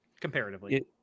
comparatively